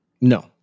No